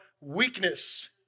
weakness